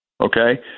Okay